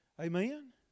Amen